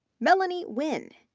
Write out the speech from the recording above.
mellany wynne,